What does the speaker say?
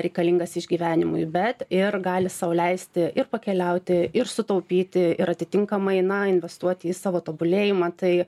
reikalingas išgyvenimui bet ir gali sau leisti ir pakeliauti ir sutaupyti ir atitinkamai na investuoti į savo tobulėjimą tai